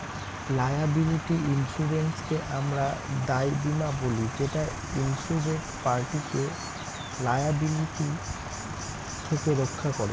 liability ইন্সুরেন্সকে আমরা দায় বীমা বলি যেটা ইন্সুরেড পার্টিকে লায়াবিলিটি থেকে রক্ষা করে